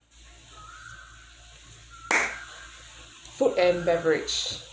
food and beverage